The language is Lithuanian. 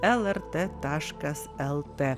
lrt taškas lt